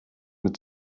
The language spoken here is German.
mit